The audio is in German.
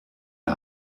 der